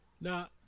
Now